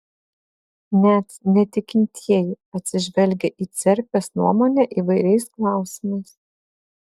net netikintieji atsižvelgia į cerkvės nuomonę įvairiais klausimais